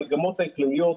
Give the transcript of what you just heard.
המגמות האיפיוניות,